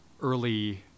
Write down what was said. early